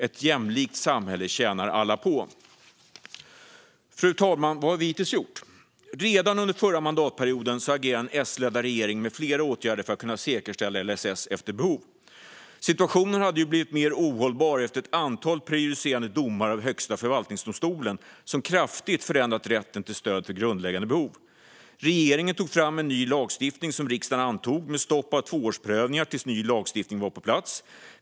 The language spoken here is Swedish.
Ett jämlikt samhälle tjänar alla på. Fru talman! Vad har vi då gjort hittills? Redan under förra mandatperioden agerade den S-ledda regeringen med flera åtgärder för att kunna säkerställa LSS utifrån behov, då situationen hade blivit alltmer ohållbar efter ett antal prejudicerade domar i Högsta förvaltningsdomstolen som kraftigt förändrat rätten till stöd för grundläggande behov. Regeringen tog fram ny lagstiftning som riksdagen antog, med stopp för tvåårsprövningar tills ny lagstiftning är på plats.